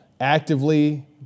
actively